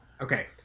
okay